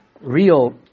real